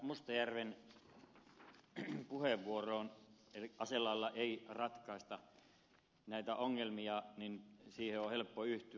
mustajärven puheenvuoroon että aselailla ei ratkaista näitä ongelmia on todella helppo yhtyä